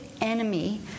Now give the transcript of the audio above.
enemy